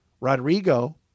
Rodrigo